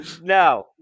No